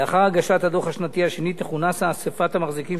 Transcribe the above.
לאחר הגשת הדוח השנתי השני תכונס אספת המחזיקים,